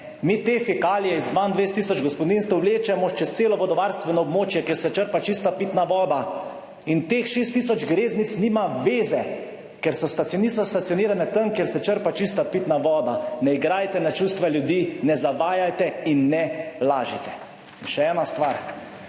mi te fekalije iz 22 tisoč gospodinjstev vlečemo čez celo vodovarstveno območje, kjer se črpa čista pitna voda. In teh 6 tisoč greznic nima veze, ker si niso stacionirane tam, kjer se črpa čista pitna voda. Ne igrajte na čustva ljudi, ne zavajajte in ne lažite. In še ena stvar.